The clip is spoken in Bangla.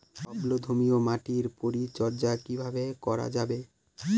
অম্লধর্মীয় মাটির পরিচর্যা কিভাবে করা যাবে?